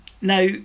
Now